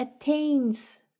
attains